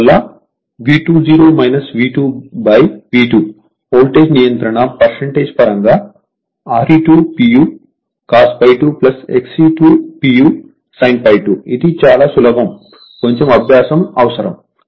అందువల్ల V2 voltage నియంత్రణ పరంగా Re2 cos∅2 XE2 sin ∅2ఇది చాలా సులభం కొంచెం అబ్యాసం అవసరం